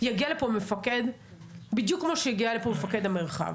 יגיע לפה מפקד בדיוק כמו שהגיע לפה מפקד המרחב.